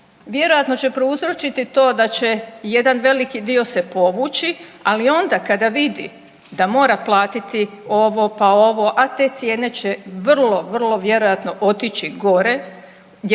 Vjerojatno će prouzročiti to da će jedan veliki dio se povući, ali onda kada vidi da mora platiti ovo, pa ovo a te cijene će vrlo, vrlo vjerojatno otići gore jer